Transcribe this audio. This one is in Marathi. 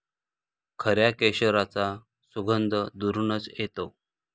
खऱ्या केशराचा सुगंध दुरूनच येतो